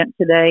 today